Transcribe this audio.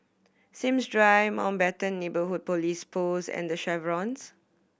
Sims Drive Mountbatten Neighbourhood Police Post and The Chevrons